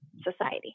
society